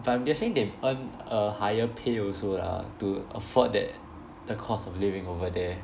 but I'm guessing they earn a higher pay also lah to afford that the cost of living over there